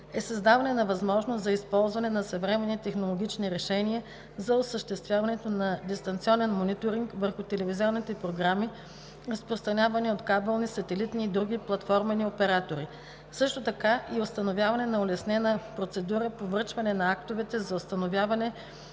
е създаване на възможност за използване на съвременни технологични решения за осъществяване на дистанционен мониторинг върху телевизионните програми, разпространявани от кабелни, сателитни и други платформени оператори, също така и установяване на улеснена процедура по връчване на актовете за установяване